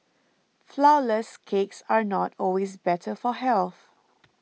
Flourless Cakes are not always better for health